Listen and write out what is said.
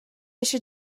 eisiau